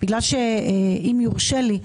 אם יורשה לי,